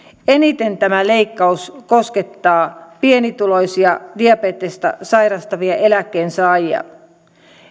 eniten tämä leikkaus koskettaa pienituloisia diabetesta sairastavia eläkkeensaajia